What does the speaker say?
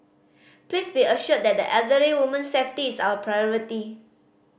please be assured that the elderly woman's safety is our priority